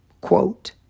Quote